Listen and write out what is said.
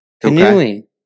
Canoeing